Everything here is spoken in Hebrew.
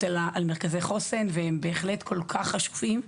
שמעתי על מרכזי חוסן והם בהחלט כל כך חשובים,